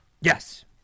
Yes